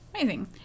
Amazing